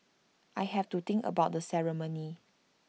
I have to think about the ceremony